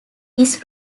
his